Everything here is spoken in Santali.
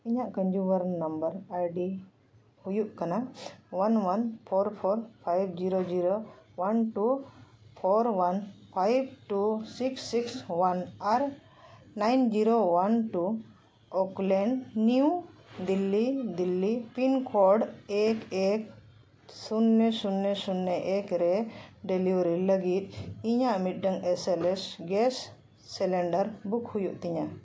ᱤᱧᱟᱹᱜ ᱠᱚᱱᱡᱩᱢᱟᱨ ᱱᱟᱢᱵᱟᱨ ᱟᱭᱰᱤ ᱦᱩᱭᱩᱜ ᱠᱟᱱᱟ one one four four five zero zero one two four one five two six six one ᱟᱨ ᱱᱟᱭᱤᱱ ᱡᱤᱨᱳ ᱚᱣᱟᱱ ᱴᱩ ᱦᱳᱠᱞᱮᱱ new Delhi Delhi pin code ᱮᱠ ᱮᱠ ᱥᱩᱱᱱᱚ ᱥᱩᱱᱱᱚ ᱮᱠ ᱨᱮ ᱰᱮᱞᱤᱵᱷᱟᱨᱤ ᱞᱟᱹᱜᱤᱫ ᱤᱧᱟᱹᱜ ᱢᱤᱫᱴᱮᱱ S L gas cylinder book ᱦᱩᱭᱩᱜ ᱛᱤᱧᱟ